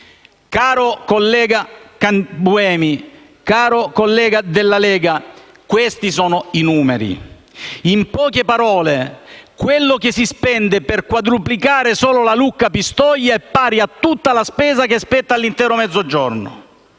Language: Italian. Caro collega Buemi, caro collega della Lega Nord, questi sono i numeri. In poche parole, quello che si spende per quadruplicare il solo tratto che collega Lucca a Pistoia è pari a tutta la spesa che spetta all'intero Mezzogiorno.